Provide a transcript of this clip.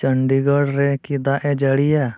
ᱪᱚᱱᱰᱤᱜᱚᱲ ᱨᱮᱠᱤ ᱫᱟᱜ ᱮ ᱡᱟᱲᱤᱭᱮᱫᱟ